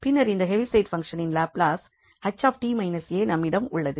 பின்னர் இந்த ஹெவிசைட் பங்க்ஷனின் லாப்லஸ் 𝐻𝑡 − 𝑎நம்மிடம் உள்ளது